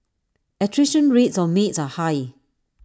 attrition rates of maids are high